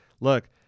look